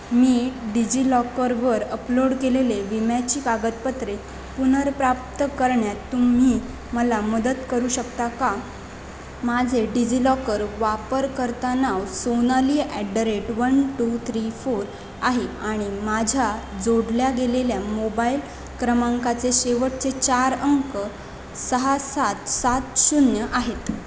मी डिजि लॉकरवर अपलोड केलेले विम्याची कागदपत्रे पुनर्प्राप्त करण्यात तुम्ही मला मदत करू शकता का माझे डिजि लॉकर वापरकर्ता नाव Sonali at the rate one two three four आहे आणि माझ्या जोडल्या गेलेल्या मोबायल क्रमांकाचे शेवटचे चार अंक सहा सात सात शून्य आहेत